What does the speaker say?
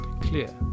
clear